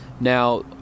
now